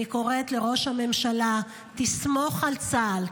אני קוראת לראש הממשלה: סמוך על צה"ל,